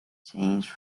change